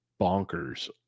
bonkers